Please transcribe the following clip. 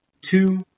two